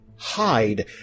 hide